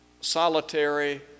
solitary